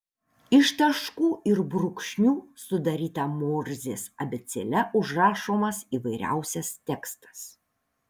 iš taškų ir brūkšnių sudaryta morzės abėcėle užrašomas įvairiausias tekstas